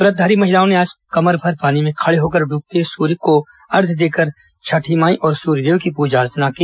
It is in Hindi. व्रतधारी महिलाओं ने आज कमरभर पानी में खड़े होकर डूबते हुए सूर्य को अर्ध्य देकर छठी माई और सूर्यदेव की पूजा अर्चना की